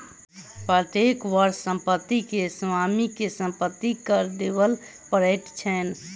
प्रत्येक वर्ष संपत्ति के स्वामी के संपत्ति कर देबअ पड़ैत छैन